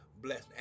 blessed